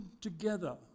together